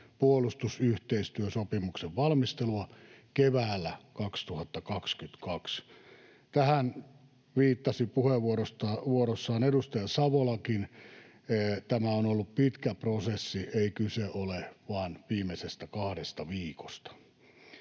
puolustusyhteistyösopimuksen valmistelua keväällä 2022. Tähän viittasi puheenvuorossaan edustaja Savolakin. Tämä on ollut pitkä prosessi — ei kyse ole vain viimeisestä kahdesta viikosta.